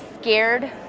scared